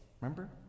Remember